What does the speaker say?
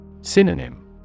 Synonym